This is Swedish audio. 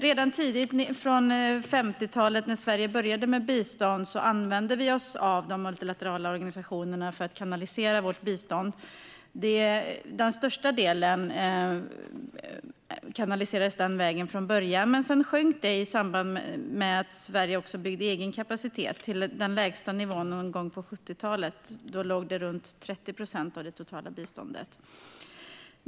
Redan tidigt, från 50-talet, när Sverige började med bistånd, använde vi oss av de multilaterala organisationerna för att kanalisera vårt bistånd. Den största delen kanaliserades den vägen från början. Men någon gång på 70-talet sjönk det, i samband med att Sverige byggde egen kapacitet, till den lägsta nivån. Då låg det på runt 30 procent av det totala biståndet.